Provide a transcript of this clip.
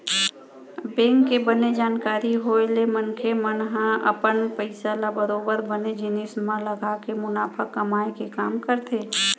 bank के बने जानकारी होय ले मनखे मन ह अपन पइसा ल बरोबर बने जिनिस म लगाके मुनाफा कमाए के काम करथे